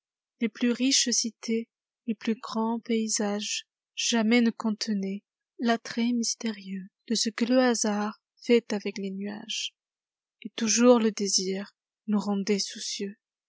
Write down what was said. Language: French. les plus riches cités les plus grands paysages jamais ne contenaient l'attrait mystérieuxde ceux que le hasard fait avec les nuages et toujours le désir nous rendait soucieux